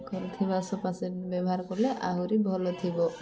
ହେଇଥିବା sofa set ବ୍ୟବହାର କଲେ ଆହୁରି ଭଲ ଥିବ